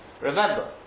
Remember